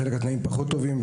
חלק פחות טובים.